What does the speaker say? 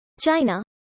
china